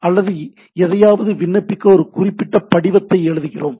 அல்லது எதையாவது விண்ணப்பிக்க ஒரு குறிப்பிட்ட படிவத்தை எழுதுகிறோம்